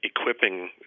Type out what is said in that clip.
equipping